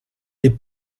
des